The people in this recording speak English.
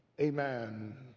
Amen